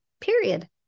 Period